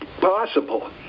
possible